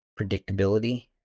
predictability